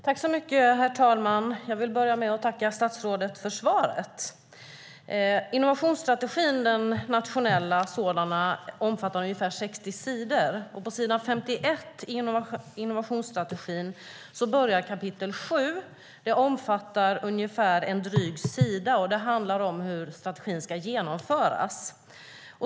Herr talman! Jag vill börja med att tacka statsrådet för svaret. Den nationella innovationsstrategin omfattar ungefär 60 sidor. På s. 51 i innovationsstrategin börjar kapitel 7. Det omfattar en dryg sida, och det handlar om hur strategin ska genomföras.